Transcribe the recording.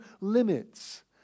limits